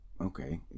okay